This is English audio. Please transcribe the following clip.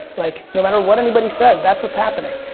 like no matter what anybody says. that's what's happening.